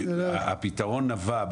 הפתרון נבע,